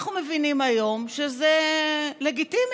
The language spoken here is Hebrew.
אנחנו מבינים היום שזה לגיטימי.